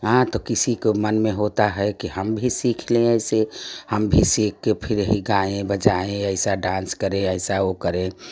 यहाँ तो किसी के मन में होता है कि हम भी सीख लें ऐसे हम भी सीख के यही गाएं बजाएं ऐसा डांस करें ऐसा वो करें